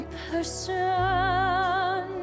person